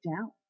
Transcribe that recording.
down